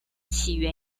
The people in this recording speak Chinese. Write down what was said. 起源